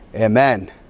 amen